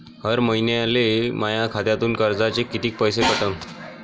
हर महिन्याले माह्या खात्यातून कर्जाचे कितीक पैसे कटन?